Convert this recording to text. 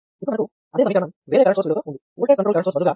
voltage control current source బదులుగా current control current source ఉంది